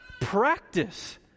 practice